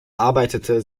arbeitete